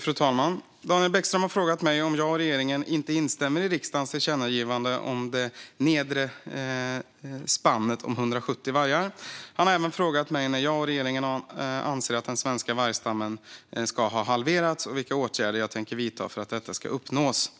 Fru talman! Daniel Bäckström har frågat mig om jag och regeringen inte instämmer i riksdagens tillkännagivande om det nedre spannet om 170 vargar. Han har även frågat mig när jag och regeringen anser att den svenska vargstammen ska ha halverats och vilka åtgärder jag tänker vidta för att detta ska uppnås.